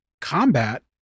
combat